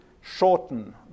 shorten